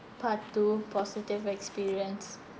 part two positive experience